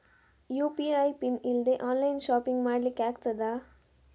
UPI PIN ಇಲ್ದೆ online shopping ಮಾಡ್ಲಿಕ್ಕೆ ಆಗ್ತದಾ?